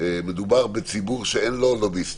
מדובר בציבור שאין לו לוביסטים.